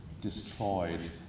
destroyed